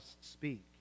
speak